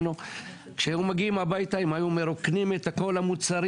בשביל כל השקיות הרי כולם מוכרים סלים,